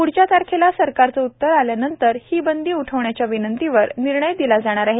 पुढच्या तारखेला सरकारचे उत्तर आल्यानंतर ही बंदी उठविण्याच्या विनंतीवर निर्णय दिला जाणार आहे